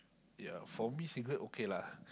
yea for me cigarette okay lah